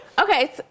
Okay